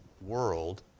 world